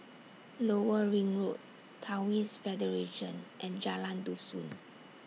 Lower Ring Road Taoist Federation and Jalan Dusun